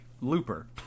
looper